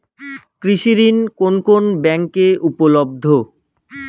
কৃষি ঋণ কোন কোন ব্যাংকে উপলব্ধ?